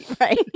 Right